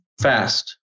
fast